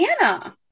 Anna